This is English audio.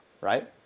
right